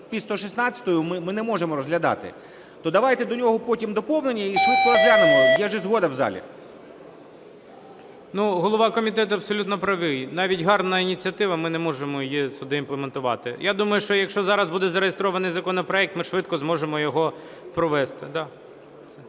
із 116-ю ми не можемо розглядати. То давайте до нього потім доповнення і швидко розглянемо. Є ж і згода в залі. ГОЛОВУЮЧИЙ. Ну, голова комітету абсолютно правий. Навіть гарна ініціатива, ми не можемо її сюди імплементувати. Я думаю, що якщо зараз буде зареєстрований законопроект, ми швидко зможемо його провести.